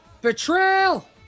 Betrayal